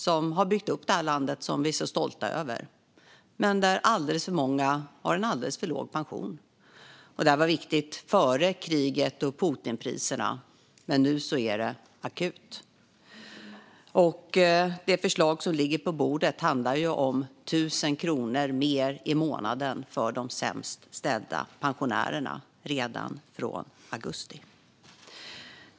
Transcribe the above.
De har byggt upp det här landet, som vi är så stolta över, men alldeles för många av dem har en alldeles för låg pension. Detta var viktigt redan före kriget och Putinpriserna, men nu är det akut. Det förslag som ligger på bordet innebär 1 000 kronor mer i månaden för de sämst ställda pensionärerna redan från augusti.